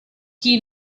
chi